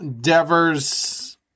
Devers